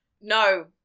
No